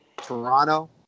Toronto